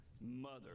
mother